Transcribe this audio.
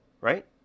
right